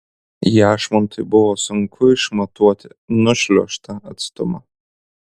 jašmontui buvo sunku išmatuoti nušliuožtą atstumą